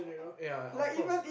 ya of course